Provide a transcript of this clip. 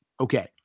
Okay